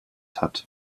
hat